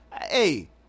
Hey